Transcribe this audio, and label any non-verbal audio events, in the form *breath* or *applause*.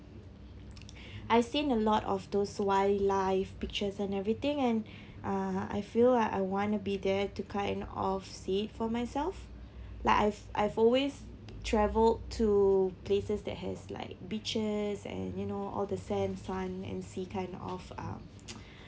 *noise* I've seen a lot of those wildlife pictures and everything and *breath* uh I feel like I want to be there to kind of see for myself like I've I've always travelled to places that has like beaches and you know all the sand sun and sea kind of uh *noise*